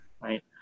right